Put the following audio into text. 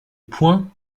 point